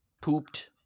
pooped